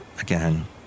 again